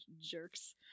jerks